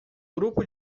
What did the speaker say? grupo